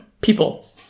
people